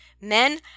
Men